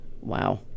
Wow